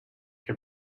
her